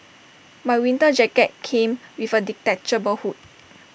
my winter jacket came with A detachable hood